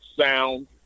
sound